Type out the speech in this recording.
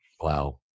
Wow